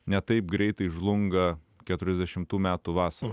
ne taip greitai žlunga keturiasdešimtų metų vasarą